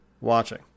Watching